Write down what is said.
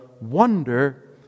wonder